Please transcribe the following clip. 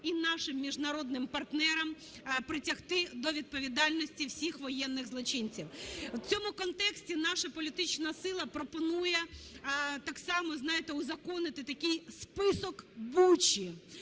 і нашим міжнародним партнерам притягти до відповідальності всіх воєнних злочинців. В цьому контексті наша політична сила пропонує так само, знаєте, узаконити такий "список Бучі",